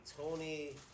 Tony